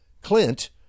Clint